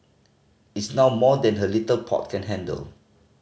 it's now more than her little pot can handle